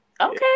Okay